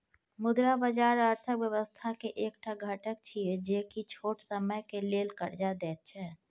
मुद्रा बाजार अर्थक व्यवस्था के एक टा घटक छिये जे की छोट समय के लेल कर्जा देत छै